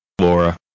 Laura